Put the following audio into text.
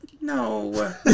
No